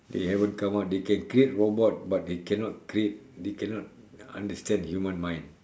they haven't come up they can create robot but they cannot create they cannot understand human mind